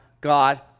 God